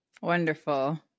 Wonderful